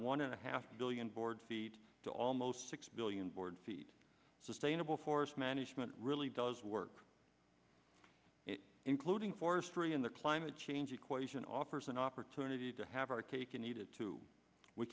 one and a half billion board feet to almost six billion board feet sustainable forest management really does work including forestry in the climate change equation offers an opportunity to have our cake and eat it too we